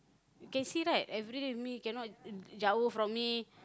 you can see right everyday with me cannot jawoh from me